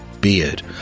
beard